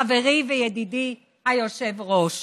חברי וידידי היושב-ראש.